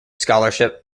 scholarship